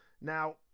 Now